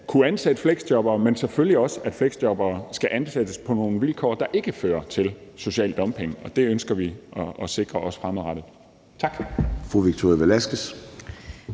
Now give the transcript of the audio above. kunne ansætte fleksjobbere, men selvfølgelig også, at man skal kunne ansætte fleksjobbere på nogle vilkår, som ikke fører til social dumping, og det ønsker vi også at sikre fremadrettet. Tak.